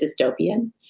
dystopian